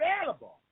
available